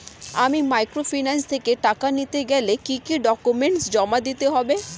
আমি মাইক্রোফিন্যান্স থেকে টাকা নিতে গেলে কি কি ডকুমেন্টস জমা দিতে হবে?